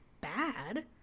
bad